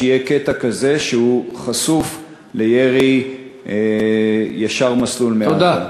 שיהיה קטע כזה שחשוף לירי ישר-מסלול מעזה.